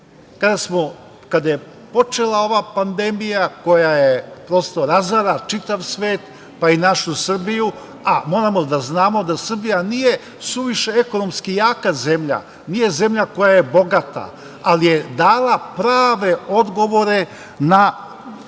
kada je počela ova pandemija koja prosto razara čitav svet, pa i našu Srbiju, a moramo da znamo da Srbija nije suviše ekonomski jaka zemlja, nije zemlja koja je bogata, ali je dala prave odgovore na